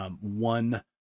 one